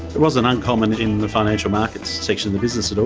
it wasn't uncommon in the financial markets section of the business at all.